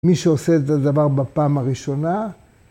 ‫מי שעושה את הדבר בפעם הראשונה.